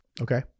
Okay